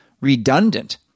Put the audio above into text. redundant